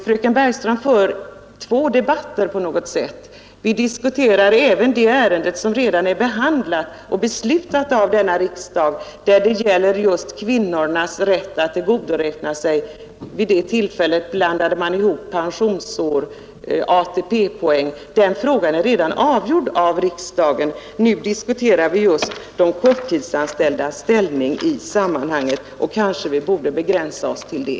Fröken Bergström för två debatter på något sätt. Hon diskuterar även det ärende som redan är behandlat och i vilket beslut fattats i denna fråga, det som gäller just kvinnornas rätt att tillgodoräkna sig ATP-poäng. Vid det tillfället blandade man samman ATP-poäng och pensionsår. Den frågan är alltså redan avgjord av riksdagen. Nu diskuterar vi just de korttidsanställdas ställning i sammanhanget, och vi borde kanske begränsa oss till det.